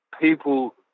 people